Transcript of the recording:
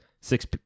Six